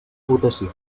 votació